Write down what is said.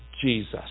Jesus